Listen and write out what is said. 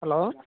hello